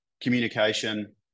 communication